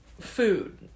food